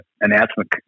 announcement